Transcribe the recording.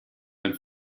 ein